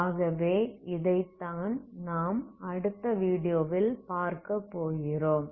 ஆகவே இதை தான் நாம் அடுத்த வீடியோவில் பார்க்க போகிறோம்